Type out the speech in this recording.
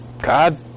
God